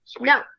no